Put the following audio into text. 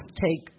take